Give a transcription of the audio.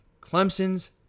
Clemson's